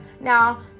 Now